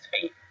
feet